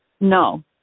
No